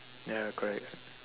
ya correct